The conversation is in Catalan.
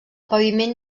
paviment